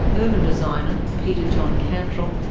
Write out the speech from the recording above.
urban designer peter john cantrill,